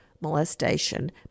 molestation